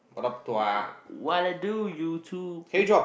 what what I do you two P